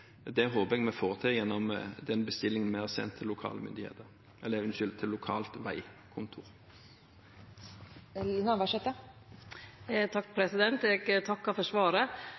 jeg vi får til gjennom den bestillingen vi har sendt til